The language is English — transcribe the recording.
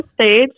stage